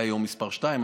היום אולי מספר שתיים,